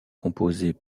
composés